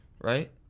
right